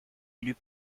élus